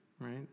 right